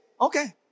okay